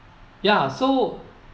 ya so